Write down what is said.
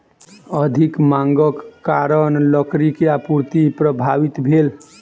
अधिक मांगक कारण लकड़ी के आपूर्ति प्रभावित भेल